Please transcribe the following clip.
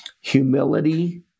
humility